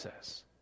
says